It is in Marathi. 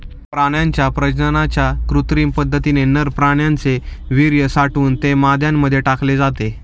प्राण्यांच्या प्रजननाच्या कृत्रिम पद्धतीने नर प्राण्याचे वीर्य साठवून ते माद्यांमध्ये टाकले जाते